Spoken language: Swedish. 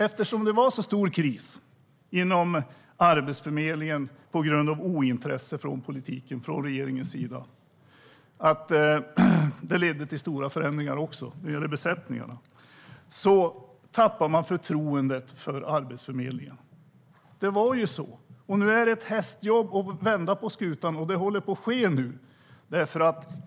Eftersom det var så stor kris inom Arbetsförmedlingen på grund av ointresse från regeringens sida - det ledde också till stora förändringar när det gällde besättningarna - tappade man förtroendet för Arbetsförmedlingen. Det var ju så. Nu är det ett hästjobb att vända på skutan, men det håller på att ske nu.